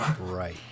Right